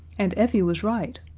and effie was right.